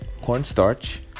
cornstarch